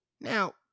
Now